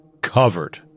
covered